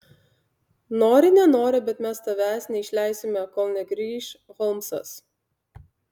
nori nenori bet mes tavęs neišleisime kol negrįš holmsas